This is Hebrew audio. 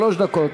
שלוש דקות.